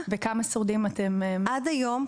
עד היום,